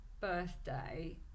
birthday